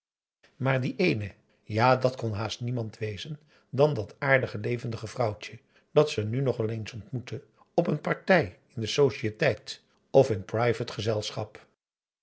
maar die ééne ja dat kon haast niemand wezen dan dat aardige levendige vrouwtje dat ze nu nog wel eens ontmoette op n partij in de societeit of in private gezelschap